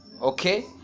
okay